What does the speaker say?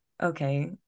Okay